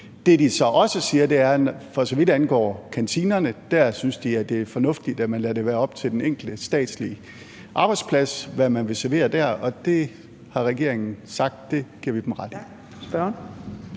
som de så også siger, er, at for så vidt angår kantinerne, synes de, det er fornuftigt, at man lader det være op til den enkelte statslige arbejdsplads, hvad man vil servere dér, og det har regeringen sagt at vi giver dem ret i.